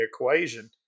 equation